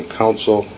counsel